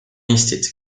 eestit